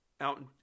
out